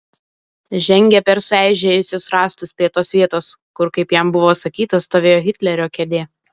žengė per sueižėjusius rąstus prie tos vietos kur kaip jam buvo sakyta stovėjo hitlerio kėdė